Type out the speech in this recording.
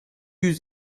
yüz